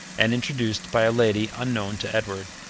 and introduced by a lady unknown to edward.